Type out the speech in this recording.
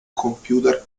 computer